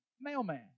mailman